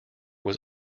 was